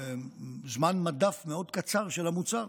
זה זמן מדף מאוד קצר של המוצר.